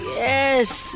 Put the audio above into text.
yes